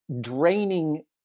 draining